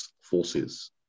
forces